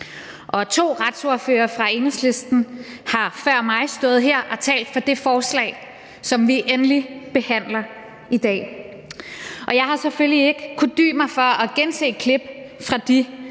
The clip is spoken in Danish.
To retsordførere fra Enhedslisten har før mig stået her og talt for det forslag, som vi endelig behandler i dag, og jeg har selvfølgelig ikke kunnet dy mig for at gense klip fra de